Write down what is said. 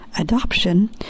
adoption